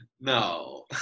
No